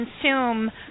consume